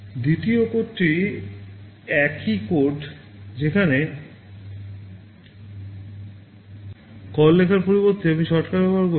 দ্বিতীয় কোডটি একই কোড যেখানে কল লেখার পরিবর্তে আমি শর্টকাট ব্যবহার করছি